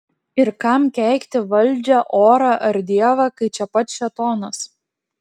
ir kam keikti valdžią orą ar dievą kai čia pat šėtonas